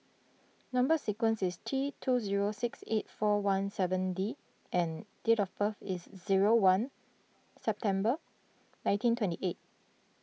Number Sequence is T two zero six eight four one seven D and date of birth is zero one September nineteen twenty eight